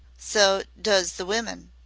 so does the women.